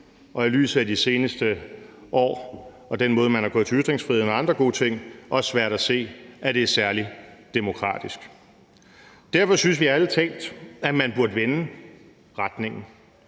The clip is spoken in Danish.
det i lyset af de seneste år og den måde, man er gået til ytringsfriheden og andre gode ting på, også er svært at se, at det er særlig demokratisk. Derfor synes vi ærlig talt, at man burde vende retningen.